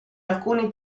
alcuni